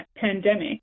pandemic